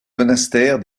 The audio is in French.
monastère